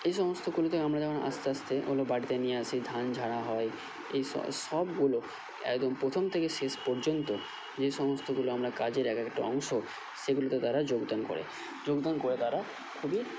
এই সমস্তগুলো থেকে যখন আমরা আস্তে আস্তে ওগুলো বাড়িতে নিয়ে আসি ধান ঝারা হয় এই সবগুলো একদম প্রথম থেকে শেষ পর্যন্ত যে সমস্তগুলো আমরা কাজের এক একটা অংশ সেগুলোতে তারা যোগদান করে যোগদান করে তারা খুবই